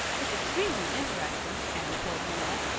it's extremely interesting, anne told marilla.